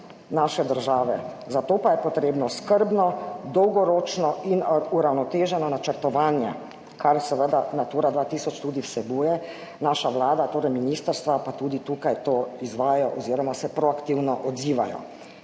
naše države. Za to pa je potrebno skrbno, dolgoročno in uravnoteženo načrtovanje, kar seveda Natura 2000 tudi vsebuje. Naša Vlada, torej ministrstva pa tudi tukaj to izvajajo oziroma se proaktivno odzivajo.